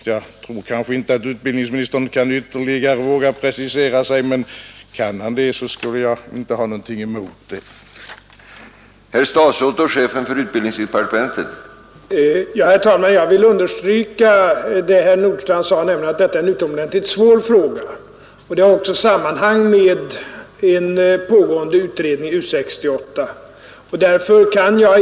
Jag tror inte att utbildningsministern vågar ytterligare precisera sig, men kan han det har jag ingenting emot det.